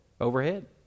overhead